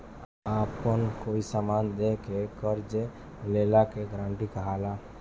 आपन कोई समान दे के कर्जा लेला के गारंटी कहला